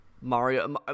Mario